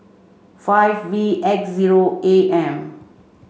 five V X zero A M